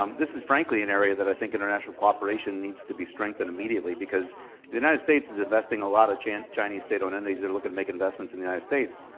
um this is frankly an area that i think international cooperation needs to be strengthened immediately, because the united states is investing, a lot of chinese state-owned entities, they're looking to make investments in the united states.